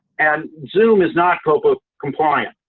and zoom is not coppa compliant.